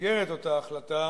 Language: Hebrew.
במסגרת אותה החלטה